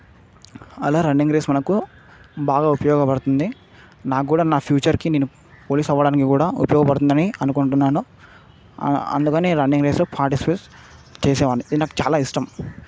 అలా running race మనకు బాగా ఉపయోగపడుతుంది నాకు కూడా నా ఫ్యూచర్కి నేను పోలీస్ అవ్వడానికి కూడా ఉపయోగపడుతుందని అనుకుంటున్నాను అందుకని నేను రన్నింగ్ రేస్లో పార్టిసిపేట్ చేసేవాడ్ని ఇది నాకు చాలా ఇష్టం